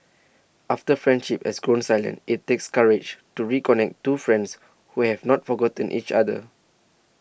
after friendship has grown silent it takes courage to reconnect two friends who have not forgotten each other